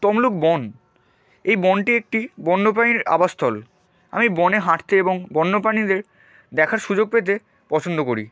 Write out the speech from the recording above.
তমলুক বন এই বনটি একটি বন্য প্রাণীর আবাসস্থল আমি বনে হাঁটতে এবং বন্য পাণীদের দেখার সুযোগ পেতে পছন্দ করি